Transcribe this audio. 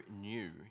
new